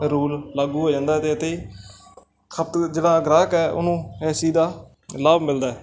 rule ਲਾਗੂ ਹੋ ਜਾਂਦਾ ਇਹਦੇ 'ਤੇ ਖਪਤ ਜਿਹੜਾ ਗਾਹਕ ਹੈ ਉਹਨੂੰ ਇਸ ਚੀਜ਼ ਦਾ ਲਾਭ ਮਿਲਦਾ